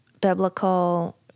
biblical